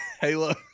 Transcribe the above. Halo